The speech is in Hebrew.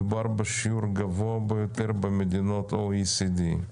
מדובר בשיעור גבוה ביותר במדינות ה-OECD.